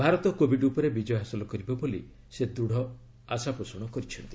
ଭାରତ କୋବିଡ୍ ଉପରେ ବିଜୟ ହାସଲ କରିବ ବୋଲି ସେ ଦୃଢ଼ ମତ ପୋଷଣ କରିଛନ୍ତି